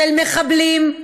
של מחבלים,